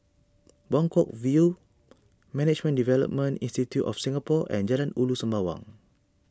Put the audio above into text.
Buangkok View Management Development Institute of Singapore and Jalan Ulu Sembawang